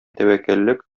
тәвәккәллек